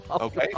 Okay